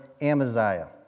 Amaziah